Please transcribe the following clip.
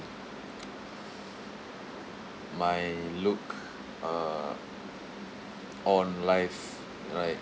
my look uh on life right